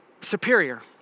superior